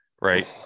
right